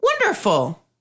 Wonderful